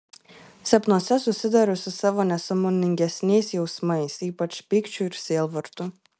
sapnuose susiduriu su savo nesąmoningesniais jausmais ypač pykčiu ir sielvartu